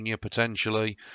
potentially